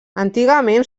antigament